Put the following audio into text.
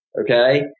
Okay